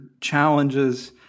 challenges